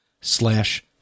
slash